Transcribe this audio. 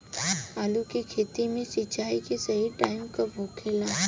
आलू के खेती मे सिंचाई के सही टाइम कब होखे ला?